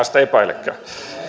sitä epäilekään